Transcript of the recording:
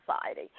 Society